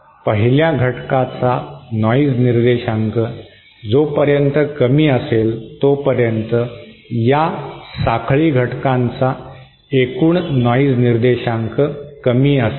पहिल्या घटकाचा नॉइज निर्देशांक जोपर्यंत कमी असेल तोपर्यंत या साखळी घटकांचा एकूण नॉइज निर्देशांक कमी असेल